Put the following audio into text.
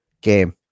game